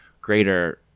greater